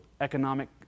economic